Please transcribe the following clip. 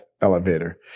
elevator